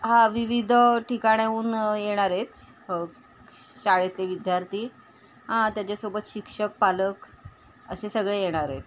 हां विविध ठिकाणाहून येणार आहेत शाळेतले विद्यार्थी हां त्यांच्यासोबत शिक्षक पालक असे सगळे येणार आहेत